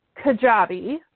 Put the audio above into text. Kajabi